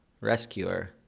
Rescuer